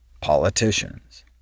politicians